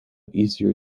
easier